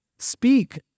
Speak